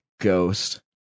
Ghost